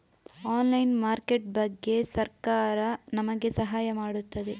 Online market ಬಗ್ಗೆ ಸರಕಾರ ನಮಗೆ ಸಹಾಯ ಮಾಡುತ್ತದೆ?